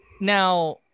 Now